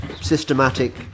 systematic